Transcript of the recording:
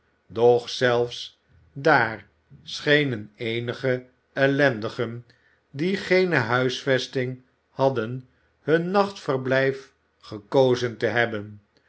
doch zelfs daar schenen eenige ellendelingen die geene huisvesting hadden hun nachtverblijf gekozen te hebben